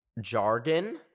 jargon